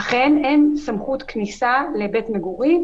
אכן, אין סמכות כניסה לבית מגורים.